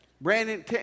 Brandon